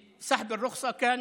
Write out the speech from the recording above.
אשר שלילת הרישיון שלהם הייתה